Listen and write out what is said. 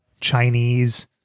chinese